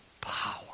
power